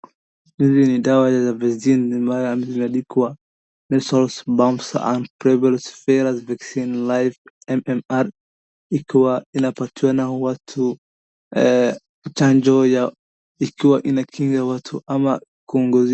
Hizi ni dawa za vekcine ambayo imeandikwa Measles Mumps and Rubella vaccine live MMR ikiwa inapatiwa na watu chanjo ya ikiwa inakinga watu ama ku.